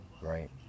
Right